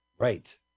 Right